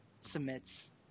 submits